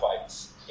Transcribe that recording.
fights